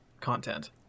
content